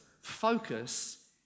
focus